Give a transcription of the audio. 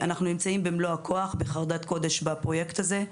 אנחנו נמצאים במלוא הכוח ובחרדת קודש בפרויקט הזה.